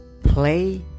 play